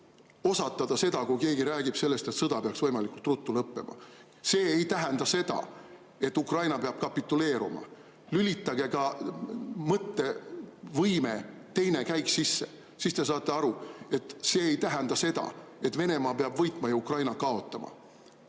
osatada seda, kui keegi räägib sellest, et sõda peaks võimalikult ruttu lõppema. See ei tähenda, et Ukraina peab kapituleeruma. Lülitage mõttevõime teine käik sisse, siis te saate aru, et see ei tähenda seda, et Venemaa peab võitma ja Ukraina kaotama.